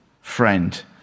friend